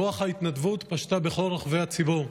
רוח ההתנדבות פשטה בכל רחבי הציבור.